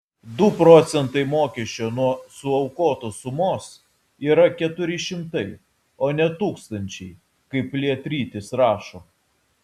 du procentai mokesčio nuo suaukotos sumos yra keturi šimtai o ne tūkstančiai kaip lietrytis rašo